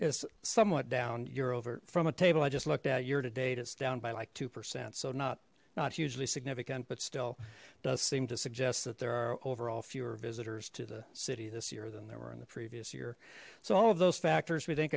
is somewhat down you're over from a table i just looked at a year to date it's down by like two percent so not not hugely significant but still does seem to suggest that there are overall fewer visitors to the city this year than there were in the previous year so all of those factors we think